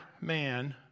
man